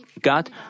God